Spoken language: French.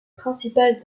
principale